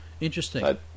Interesting